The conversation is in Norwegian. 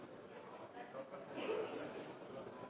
kartet